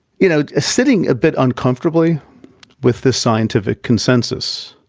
you know, sitting a bit uncomfortably with the scientific consensus.